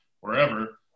wherever